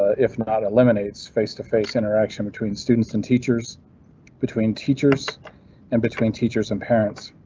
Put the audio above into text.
ah if not eliminates, face to face interaction between students and teachers between teachers and between teachers and parents.